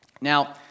Now